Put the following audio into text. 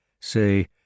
Say